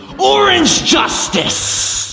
orange justice!